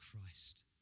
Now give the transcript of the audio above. Christ